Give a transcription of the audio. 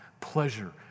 pleasure